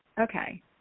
Okay